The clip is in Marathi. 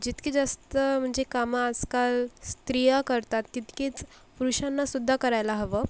जितकी जास्त म्हणजे कामं आजकाल स्त्रिया करतात तितकेच पुरुषांनासुद्धा करायला हवं